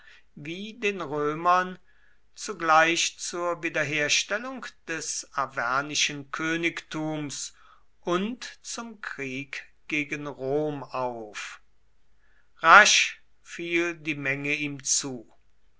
wie den römern zugleich zur wiederherstellung des arvernischen königtums und zum krieg gegen rom auf rasch fiel die menge ihm zu